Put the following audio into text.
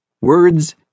Words